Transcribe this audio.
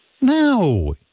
No